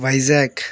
Vizag